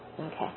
okay